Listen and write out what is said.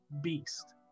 beast